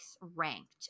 ranked